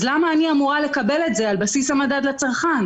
אז למה אני אמורה לקבל את זה על בסיס המדד לצרכן?